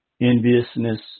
enviousness